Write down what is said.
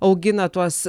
augina tuos